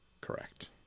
Correct